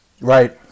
Right